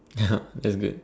that's good